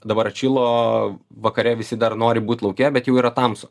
dabar atšilo vakare visi dar nori būt lauke bet jau yra tamsu